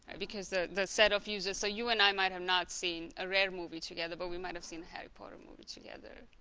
because the the set of users. so you and i might have not seen a rare movie together but we might have seen a harry potter movie together.